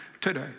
today